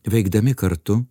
veikdami kartu